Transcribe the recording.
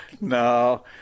No